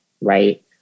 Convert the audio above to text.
right